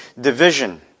division